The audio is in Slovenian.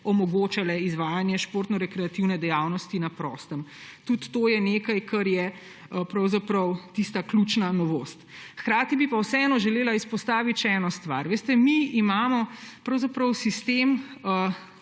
omogočale izvajanje športnorekreativne dejavnosti na prostem. Tudi to je nekaj, kar je pravzaprav tista ključna novost. Hkrati bi vseeno želela izpostaviti še eno stvar. Veste, mi imamo sistem,